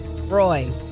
Roy